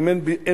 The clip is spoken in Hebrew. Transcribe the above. אם אין בתים,